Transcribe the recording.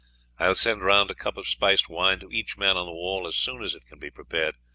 i will send round a cup of spiced wine to each man on the wall as soon as it can be prepared,